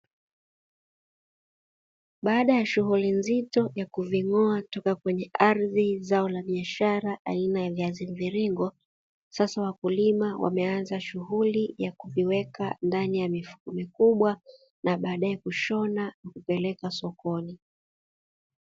Baada ya shughuli nzito ya kuving'oa toka kwenye ardhi zao la biashara aina ya viazi mviringo, sasa wakulima wameanza shughuli ya kuviweka ndani ya mifuko mikubwa na baadaye kushona kupeleka sokoni.